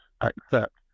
accept